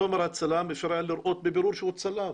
תומר הצלם, אפשר היה לראות בבירור שהוא צלם.